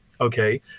Okay